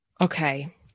Okay